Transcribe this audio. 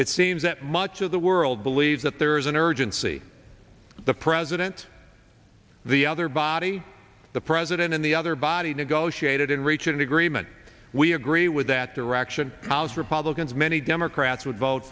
it seems that much of the world believes that there is an urgency the president the other body the president and the other body negotiated in reach an agreement we agree with that direction house republicans many democrats would vote